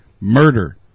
murder